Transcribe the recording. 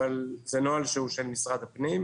אבל זה הוא נוהל של משרד הפנים,